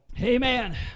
amen